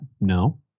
No